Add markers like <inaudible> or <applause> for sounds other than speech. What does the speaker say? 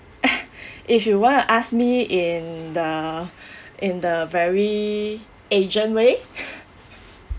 <laughs> if you wanna ask me in the in the very agent way <laughs>